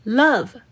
love